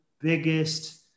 biggest